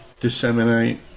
disseminate